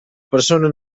persona